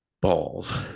balls